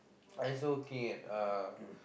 I also working at uh